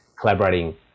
collaborating